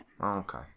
Okay